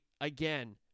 again